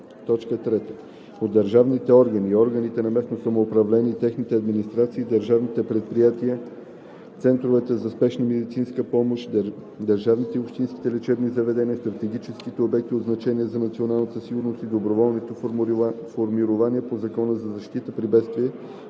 се т. 3: „3. от държавните органи и органите на местно самоуправление и техните администрации, държавните предприятия, центровете за спешна медицинска помощ, държавните и общинските лечебни заведения, стратегическите обекти от значение за националната сигурност и доброволните формирования по Закона за защита при бедствия